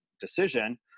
decision